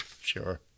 sure